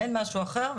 אין משהו אחר.